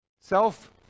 Self